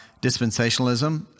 dispensationalism